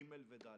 ג' ו-ד'.